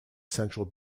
central